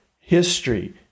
history